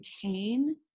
contain